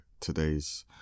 today's